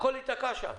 הכול ייתקע שם.